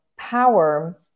power